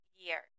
year